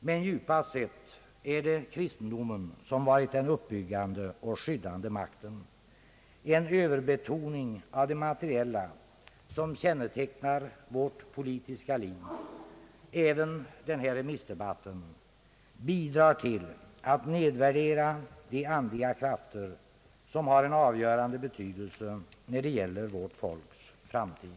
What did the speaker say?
Men djupast sett är det kristendomen som har varit den uppbyggande och skyddande makten. En Ööverbetoning av det materiella, som kännetecknar vårt politiska liv, även denna remissdebatt, bidrar till att nedvärdera de andliga krafter som har en avgörande betydelse när det gäller vårt folks framtid.